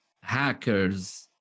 hackers